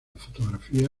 fotografía